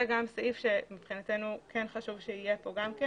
זה סעיף שמבחינתנו כן חשוב שיהיה כאן.